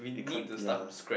we can't ya